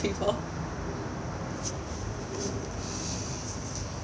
people